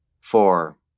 Four